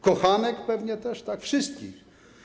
Kochanek zapewne też, tak? Wszystkich?